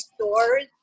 stores